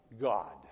God